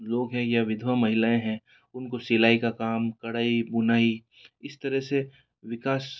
लोग है या विधवा महिलाएँ हैं उनको सिलाई का काम कढ़ाई बुनाई इस तरह से विकास